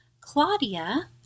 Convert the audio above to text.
Claudia